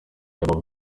yaba